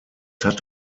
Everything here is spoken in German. hat